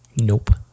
Nope